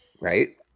Right